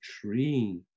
tree